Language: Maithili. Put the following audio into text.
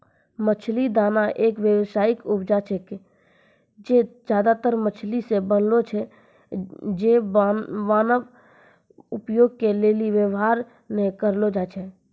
मछली दाना एक व्यावसायिक उपजा छिकै जे ज्यादातर मछली से बनलो छै जे मानव उपभोग के लेली वेवहार नै करलो जाय छै